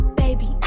baby